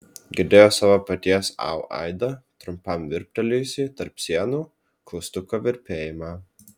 girdėjo savo paties au aidą trumpam virptelėjusį tarp sienų klaustuko virpėjimą